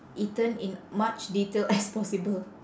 eaten in much detail as possible